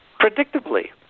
predictably